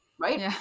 right